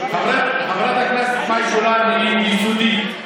חברת הכנסת מאי גולן היא יסודית,